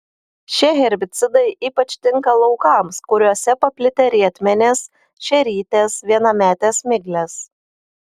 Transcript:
šie herbicidai ypač tinka laukams kuriuose paplitę rietmenės šerytės vienametės miglės